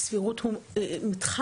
הסבירות הוא מתחם,